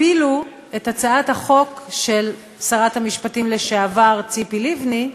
הפילו את הצעת החוק של שרת המשפטים לשעבר ציפי לבני,